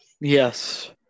Yes